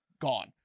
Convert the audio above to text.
gone